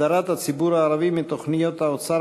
הדרת הציבור הערבי מתוכניות משרד האוצר